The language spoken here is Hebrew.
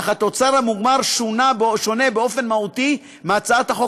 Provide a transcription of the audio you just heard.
אך התוצר המוגמר שונה באופן מהותי מהצעת החוק